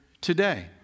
today